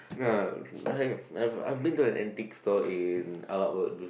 uh I've been to an antique store in Arab road before